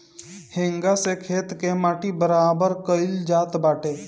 हेंगा से खेत के माटी बराबर कईल जात बाटे